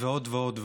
ועוד ועוד ועוד.